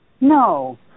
No